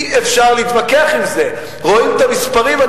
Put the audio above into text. אי-אפשר להתווכח על זה, רואים את המספרים.